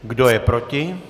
Kdo je proti?